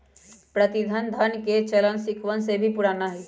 प्रतिनिधि धन के चलन सिक्कवन से भी पुराना हई